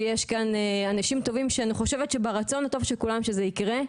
ויש כאן אנשים טובים שאני חושבת שברצון הטוב של כולם שזה יקרה,